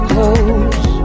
Close